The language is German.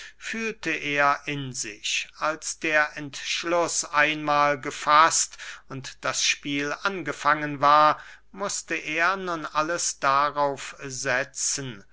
fühlte er in sich als der entschluß einmahl gefaßt und das spiel angefangen war mußte er nun alles darauf setzen